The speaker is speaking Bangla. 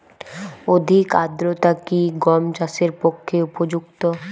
অধিক আর্দ্রতা কি গম চাষের পক্ষে উপযুক্ত?